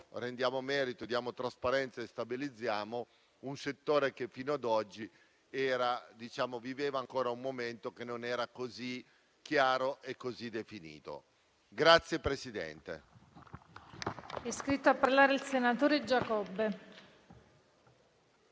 rendiamo merito, diamo trasparenza e stabilizziamo un settore che fino ad oggi viveva ancora un momento non così chiaro e definito.